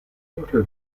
porter